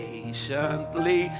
Patiently